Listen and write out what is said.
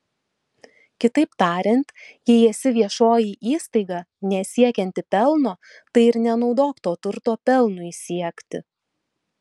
kitaip tariant jei esi viešoji įstaiga nesiekianti pelno tai ir nenaudok to turto pelnui siekti